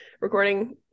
recording